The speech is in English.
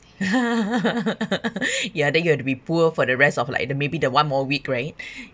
ya then you have to be poor for the rest of like maybe the one more week right